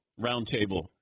roundtable